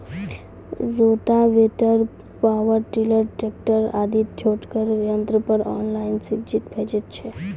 Rotavator, power tiller, tractor आदि छोटगर यंत्र पर ऑनलाइन सब्सिडी भेटैत छै?